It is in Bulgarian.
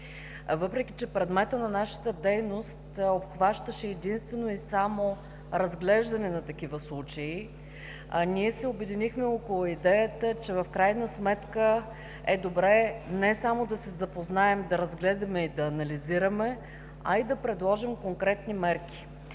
въпреки че предметът на нашата дейност обхващаше единствено и само разглеждане на такива случаи, ние се обединихме около идеята, че в крайна сметка е добра не само да се запознаем, да разгледаме и да анализираме, а и да предложим конкретни мерки.